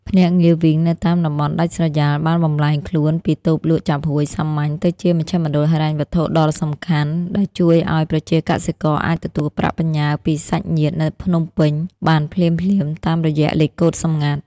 ភ្នាក់ងារ វីង នៅតាមតំបន់ដាច់ស្រយាលបានបំប្លែងខ្លួនពីតូបលក់ចាប់ហួយសាមញ្ញ ទៅជាមជ្ឈមណ្ឌលហិរញ្ញវត្ថុដ៏សំខាន់ ដែលជួយឱ្យប្រជាកសិករអាចទទួលប្រាក់បញ្ញើពីសាច់ញាតិនៅភ្នំពេញបានភ្លាមៗតាមរយៈលេខកូដសម្ងាត់។